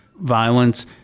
violence